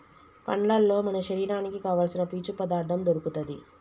పండ్లల్లో మన శరీరానికి కావాల్సిన పీచు పదార్ధం దొరుకుతది